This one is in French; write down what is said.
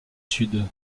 sud